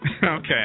Okay